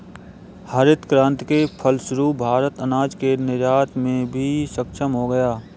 हरित क्रांति के फलस्वरूप भारत अनाज के निर्यात में भी सक्षम हो गया